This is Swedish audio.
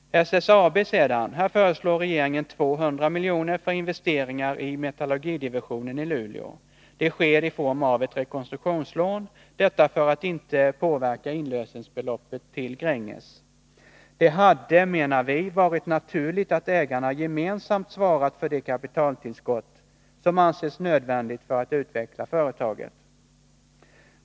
SSAB sedan: Här föreslår regeringen 200 miljoner för investeringar i metallurgidivisionen i Luleå. Det sker i form av ett rekonstruktionslån, detta för att inte påverka inlösensbeloppet till Gränges. Det hade, menar vi, varit naturligt att ägarna gemensamt svarat för det kapitaltillskott som anses nödvändigt för att utveckla företaget.